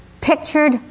pictured